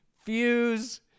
fuse